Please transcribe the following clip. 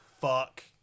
fuck